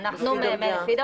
אנחנו מציעים לפי דרגה.